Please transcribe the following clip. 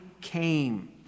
came